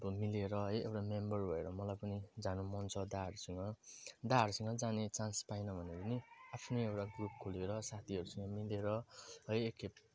अब मिलेर है एउटा मेम्बर भएर मलाई पनि जान मन छ दाहरूसँग दाहरूसँग जाने चान्स पाएन भने पनि आफ्नै एउटा ग्रुप खोलेर साथीहरूसँग मिलेर है एक खेप